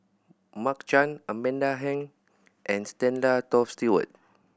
Mark Chan Amanda Heng and Stanley Toft Stewart